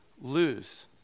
lose